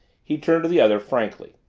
he turned to the other, frankly.